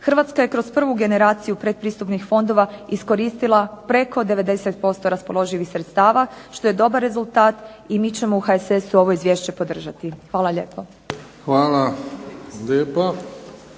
Hrvatska je kroz prvu generaciju pretpristupnih fondova iskoristila preko 90% raspoloživih sredstava, što je dobar rezultat. I mi ćemo u HSS-u ovo izvješće podržati. Hvala lijepo. **Bebić,